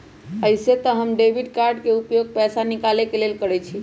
अइसे तऽ हम डेबिट कार्ड के उपयोग पैसा निकाले के लेल करइछि